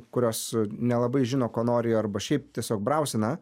kurios nelabai žino ko nori arba šiaip tiesiog brausina